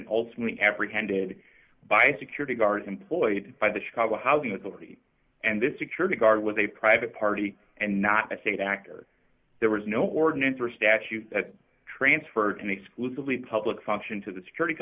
and ultimately apprehended by security guards employed by the chicago housing authority and this security guard was a private party and not a state actor there was no ordinance or statute that transferred an exclusively public function to the security